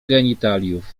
genitaliów